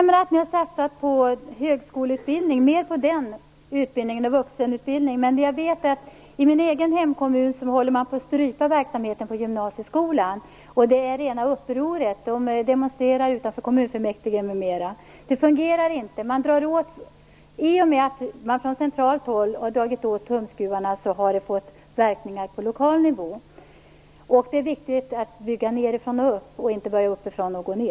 Fru talman! Det stämmer att ni har satsat på högskoleutbildning och vuxenutbildning. Men jag vet att man i min hemkommun håller på att strypa verksamheten i gymnasieskolan. Det är rena upproret; folk demonstrerar utanför kommunfullmäktige m.m. Det fungerar inte. I och med att man från centralt håll har dragit åt tumskruvarna har det fått verkningar på lokal nivå. Det är viktigt att bygga nedifrån och upp och inte börja uppifrån och gå ned.